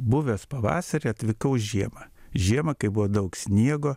buvęs pavasarį atvykau žiemą žiemą kai buvo daug sniego